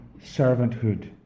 servanthood